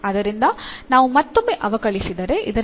ಆದ್ದರಿಂದ ನಾವು ಮತ್ತೊಮ್ಮೆ ಅವಕಲಿಸಿದರೆ ಇದರಿಂದ ದೊರಕುವುದು